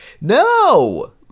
no